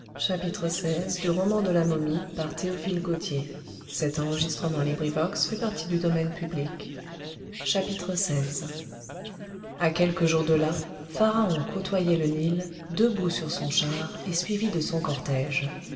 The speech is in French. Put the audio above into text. sans à quelques jours de là pharaon côtoyait le nil debout sur son char et suivi de son cortège